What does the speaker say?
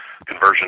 conversion